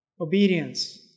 Obedience